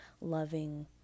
loving